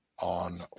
on